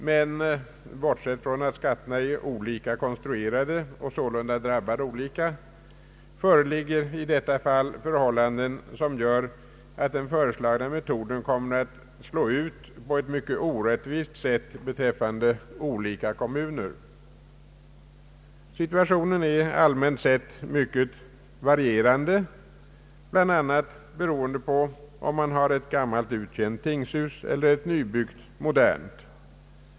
Men bortsett från att skatterna är olika konstruerade och således drabbar olika, föreligger i detta fall förhållanden som gör att den föreslagna metoden kommer att drabba olika kommuner på ett mycket orättvist sätt. Situationen är allmänt sett mycket varierande, bl.a. beroende på om man har ett gammalt uttjänt tingshus eller ett nybyggt, modernt.